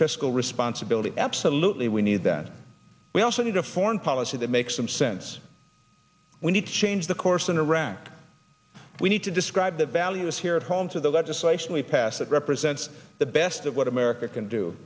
fiscal responsibility absolutely we need that we also need a foreign policy that makes some sense we need to change the course in iraq we need to describe the values here at home to the legislation we pass that represents the best of what america can do